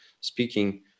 speaking